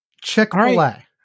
Chick-fil-A